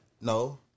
No